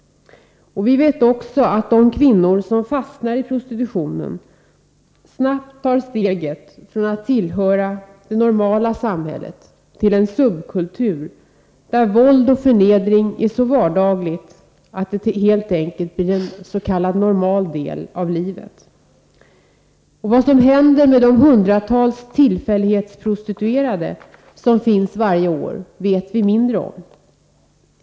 Vi vet också att de kvinnor som fastnar i prostitutionen snabbt tar steget från att tillhöra det normala samhället till att tillhöra en subkultur, där våld och förnedring är så vardagligt, att det helt enkelt blir en s.k. normal del av livet. Men vad som händer med de hundratals ”tillfällighetsprostituerade” som finns varje år vet vi mindre om.